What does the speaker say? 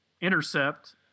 intercept